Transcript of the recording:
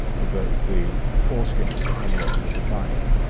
the the foreskin is the homolog of the vagina,